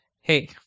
Hey